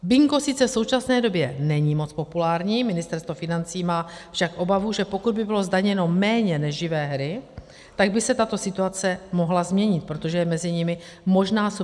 Bingo sice v současné době není moc populární, Ministerstvo financí má však obavu, že pokud by bylo zdaněno méně než živé hry, tak by se tato situace mohla změnit, protože je mezi nimi možná substituce.